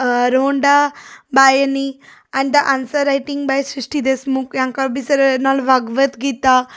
ରୋନଡ୍ଡା ମାଏନି and the answer writing by Smriti Deshmukh ନହେଲେ ଭଗବତଗୀତା